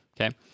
okay